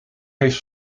heeft